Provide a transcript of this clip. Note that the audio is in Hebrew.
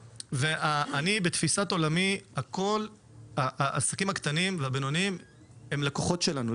בתפיסת עולמי העסקים הקטנים והבינוניים הם לקוחות שלנו,